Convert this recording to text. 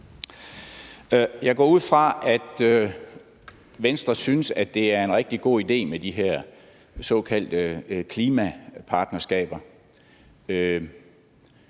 Jeg går ud fra, at Venstre synes, at det er en rigtig god idé med de her såkaldte klimapartnerskaber.